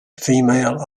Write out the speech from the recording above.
female